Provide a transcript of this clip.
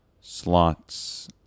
slots